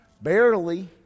barely